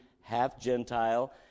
half-Gentile